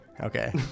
Okay